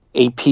AP